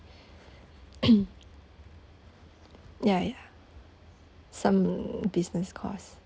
ya ya some business course